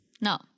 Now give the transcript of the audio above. No